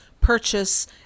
purchase